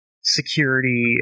security